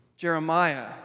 Jeremiah